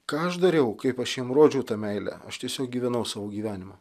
ką aš dariau kaip aš jiem rodžiau tą meilę aš tiesiog gyvenau savo gyvenimą